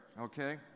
okay